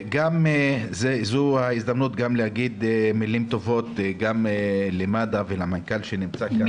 זו ההזדמנות גם להגיד מילים טובות למד"א ולמנכ"ל שנמצא כאן,